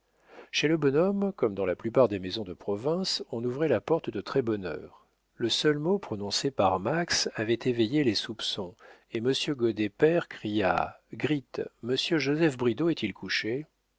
chez le bonhomme comme dans la plupart des maisons de province on ouvrait la porte de très-bonne heure le seul mot prononcé par max avait éveillé les soupçons et monsieur goddet père cria gritte monsieur joseph bridau est-il couché